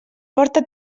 porta